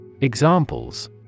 Examples